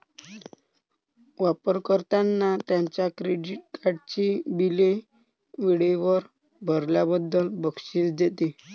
वापर कर्त्यांना त्यांच्या क्रेडिट कार्डची बिले वेळेवर भरल्याबद्दल बक्षीस देते